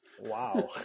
wow